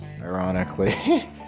ironically